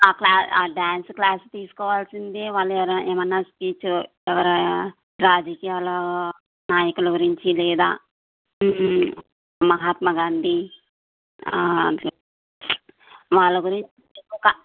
ఆ క్లా ఆ dance class తీసుకోవాల్సిందే వాళ్ళు ఏమన్నా స్పీచ్ ఎవర రాజకీయా నాయకుల గురించి లేదా మహాత్మాగాంధీ అట్ల వాళ్ల గురించి